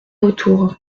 retour